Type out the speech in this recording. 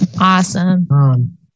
Awesome